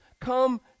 come